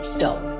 Stop